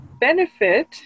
benefit